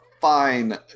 fine